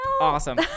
awesome